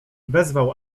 wezwał